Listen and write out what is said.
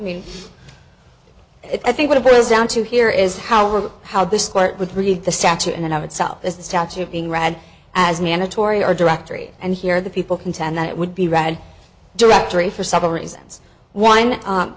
mean i think what it boils down to here is how we're how this court would read the statute in and of itself is the statute being read as mandatory or directory and here the people contend that it would be rad directory for several reasons one